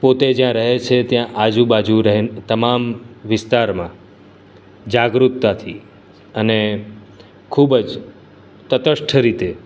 પોતે જ્યાં રહે છે ત્યાં આજુ બાજુ રહેન તમામ વિસ્તારમાં જાગૃતતાથી અને ખૂબ જ તટસ્થ રીતે